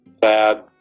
sad